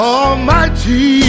Almighty